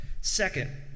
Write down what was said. Second